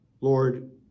Lord